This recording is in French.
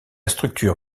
structure